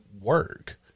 work